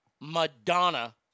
Madonna